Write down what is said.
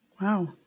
Wow